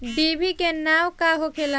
डिभी के नाव का होखेला?